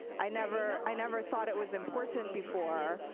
i never i never thought it was important before.